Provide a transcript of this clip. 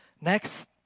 Next